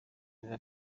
biba